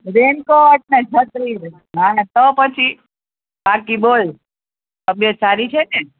રેઇનકોટને છત્રીને હા ને તો પછી બાકી બોલ તબિયત સારી છે ને